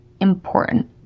important